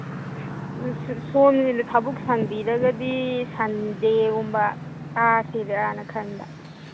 ꯁꯣꯝꯁꯤꯅ ꯊꯕꯛ ꯁꯪꯕꯤꯔꯒꯗꯤ ꯁꯟꯗꯦꯒꯨꯝꯕ ꯀꯥꯁꯤꯔꯥꯅ ꯈꯟꯕ